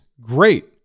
great